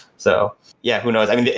so yeah, who knows? i mean,